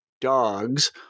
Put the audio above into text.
Dogs